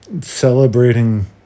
Celebrating